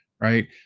right